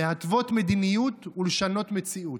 להתוות מדיניות ולשנות מציאות.